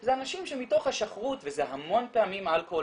זה אנשים שמתוך השכרות וזה המון פעמים אלכוהול